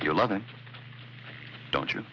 you're loving don't you